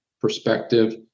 perspective